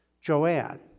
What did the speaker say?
Joanne